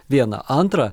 viena antra